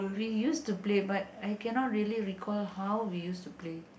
we use to play but I cannot really recall how we use to play